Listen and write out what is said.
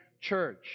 church